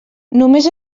només